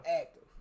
Active